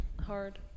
hard